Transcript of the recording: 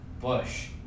Bush